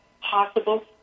possible